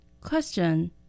Question